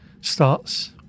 starts